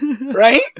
Right